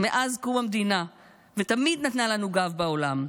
מאז קום המדינה ותמיד נתנה לנו גב בעולם,